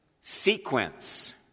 sequence